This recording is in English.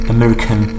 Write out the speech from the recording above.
American